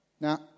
Now